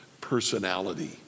personality